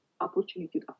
opportunity